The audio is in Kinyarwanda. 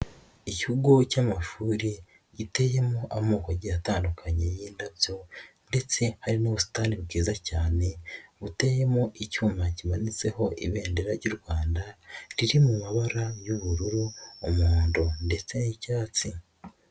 Ikigo cy'amashuri giteyemo amokogi atandukanye y'indabyo, ndetse ari n'ubusitani bwiza cyane buteyemo icyuma kimanitseho ibendera ry'u Rwanda riri mu mabara y'ubururu, umuhondo ndetse n'icyatsi.